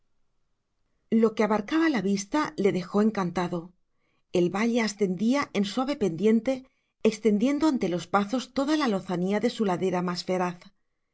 lo que abarcaba la vista le dejó encantado el valle ascendía en suave pendiente extendiendo ante los pazos toda la lozanía de su ladera más feraz